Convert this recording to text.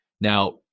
Now